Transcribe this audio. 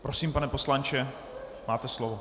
Prosím, pane poslanče, máte slovo.